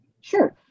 Sure